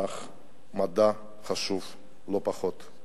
אך המדע חשוב לא פחות.